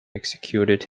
executed